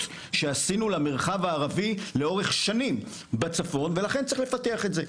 שעשינו למרחב הערבי לאורך שנים בצפון ולכן צריך לפתח את זה.